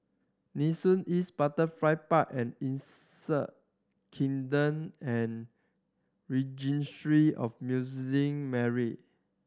Nee Soon East Butterfly Park and Insect Kingdom and Registry of Muslim Marry